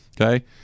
Okay